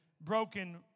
broken